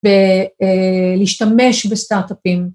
ולהשתמש בסטארטאפים.